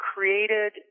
Created